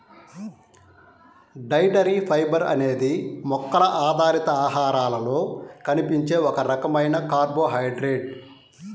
dietary fibre అనేది మొక్కల ఆధారిత ఆహారాలలో కనిపించే ఒక రకమైన కార్బోహైడ్రేట్